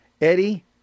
Eddie